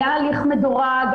היה הליך מדורג,